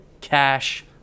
cash